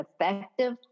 effective